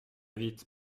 vite